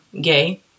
gay